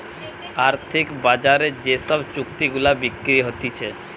আর্থিক বাজারে যে সব চুক্তি গুলা বিক্রি হতিছে